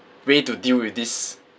way to deal with this